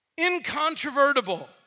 Incontrovertible